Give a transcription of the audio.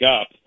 up